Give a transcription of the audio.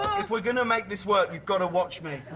if we're going to make this work, you've got to watch me.